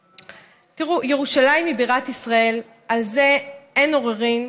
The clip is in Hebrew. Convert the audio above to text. תראו, ירושלים היא בירת ישראל, על זה אין עוררין.